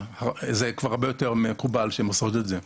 זה כבר הרבה יותר מקובל שהן עושות את זה.